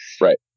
Right